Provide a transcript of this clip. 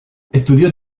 estudió